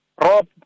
Rob